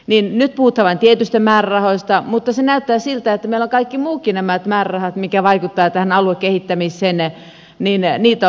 nyt puhutaan vain tietyistä määrärahoista mutta se näyttää siltä että meillä näitä kaikkia muitakin määrärahoja mitkä vaikuttavat tähän aluekehittämiseen ollaan leikkaamassa